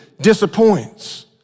disappoints